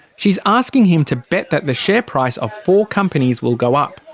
she's asking him to bet that the share price of four companies will go up.